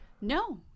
No